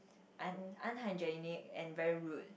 un~ unhygienic and very rude